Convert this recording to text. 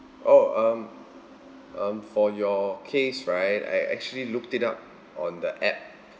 oh um um for your case right I actually looked it upon the app